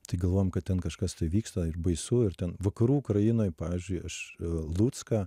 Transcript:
tai galvojam kad ten kažkas tai vyksta ir baisu ir ten vakarų ukrainoj pavyzdžiui aš lucką